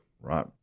right